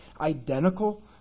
identical